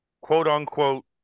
quote-unquote